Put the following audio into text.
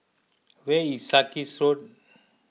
where is Sarkies Road